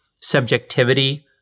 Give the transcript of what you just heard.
subjectivity